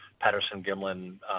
Patterson-Gimlin